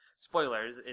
Spoilers